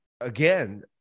again